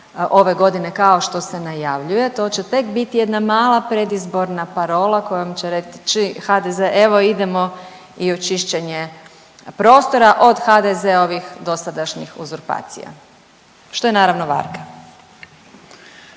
ove godine kao što se najavljuje, to će tek biti jedna mala predizborna parola kojom će reći HDZ evo idemo i u čišćenje prostora od HDZ-ovih dosadašnjih uzurpacija, što je naravno varka.